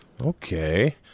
Okay